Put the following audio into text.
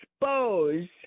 expose